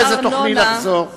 אחרי זה תוכלי לחזור.